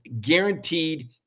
guaranteed